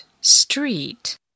Street